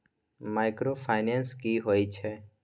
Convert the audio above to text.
Microfinance की होय छै?